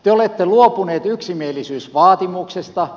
te olette luopuneet yksimielisyysvaatimuksesta